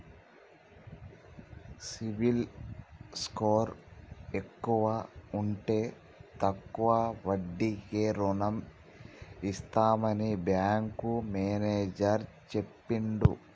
CIBIL score ఎక్కువ ఉంటే తక్కువ వడ్డీకే రుణం ఇస్తామని బ్యాంకు మేనేజర్ చెప్పిండు